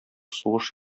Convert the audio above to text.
сугыш